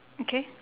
okay